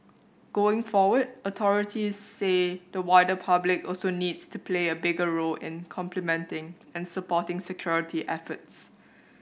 going forward authorities say the wider public also needs to play a bigger role in complementing and supporting security efforts